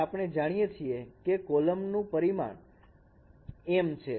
અને આપણે જાણીએ છીએ કે દરેક કોલમ નું પરિમાણ m છે